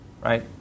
right